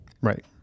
Right